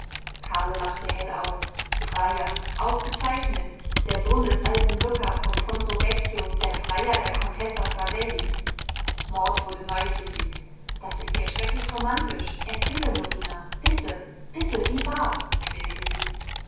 carlo lachte hell auf freier ausgezeichnet der sohn des alten lucca vom ponto vecchio der freier der contessa savelli maud wurde neugierig das ist ja schrecklich romantisch erzähle norina bitte bitte wie war's quälte sie